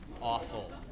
Awful